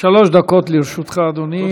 שלוש דקות לרשותך, אדוני.